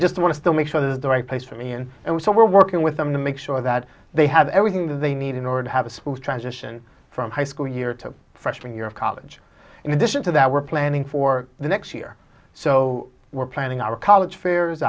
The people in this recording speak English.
just want to make sure that the right place for me and and so we're working with them to make sure that they have everything that they need in order to have a school transition from high school year to freshman year of college in addition to that we're planning for the next year so we're planning our college fairs